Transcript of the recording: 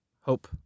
hope